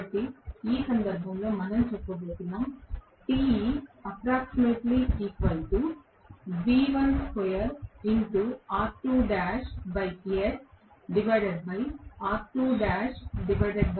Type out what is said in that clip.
కాబట్టి ఈ సందర్భంలో మనం చెప్పబోతున్నాం